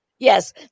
Yes